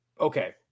okay